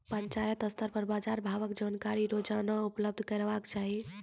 पंचायत स्तर पर बाजार भावक जानकारी रोजाना उपलब्ध करैवाक चाही?